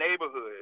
neighborhood